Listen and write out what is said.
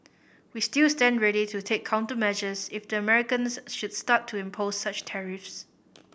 we still stand ready to take countermeasures if the Americans should start to impose such tariffs